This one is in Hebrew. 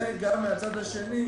וגם מהצד השני,